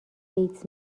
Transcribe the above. ایدز